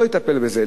לא יטפלו בזה.